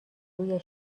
روی